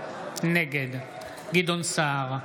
נגד גדעון סער,